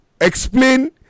explain